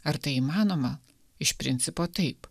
ar tai įmanoma iš principo taip